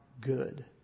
good